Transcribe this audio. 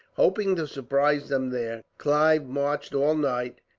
hoping to surprise them there, clive marched all night.